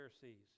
Pharisees